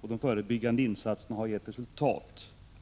och de förebyggande insatserna har gett resultat.